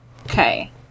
Okay